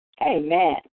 Amen